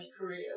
career